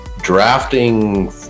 drafting